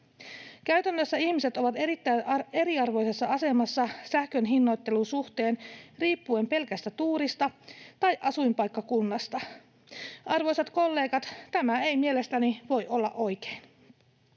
Käytännössä ihmiset ovat erittäin eriarvoisessa asemassa sähkön hinnoittelun suhteen riippuen pelkästä tuurista tai asuinpaikkakunnasta. Arvoisat kollegat, tämä ei mielestäni voi olla oikein.